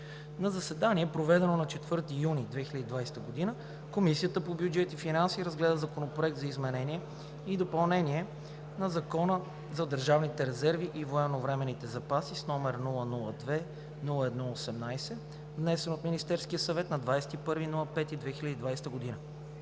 На заседание, проведено на 4 юни 2020 г., Комисията по бюджет и финанси разгледа Законопроект за изменение и допълнение на Закона за държавните резерви и военновременните запаси, № 002-01-18, внесен от Министерския съвет на 21 май 2020 г.